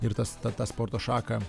ir tas tą tą sporto šaką